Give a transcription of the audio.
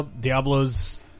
Diablo's